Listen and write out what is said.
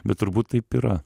bet turbūt taip yra